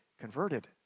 converted